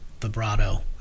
vibrato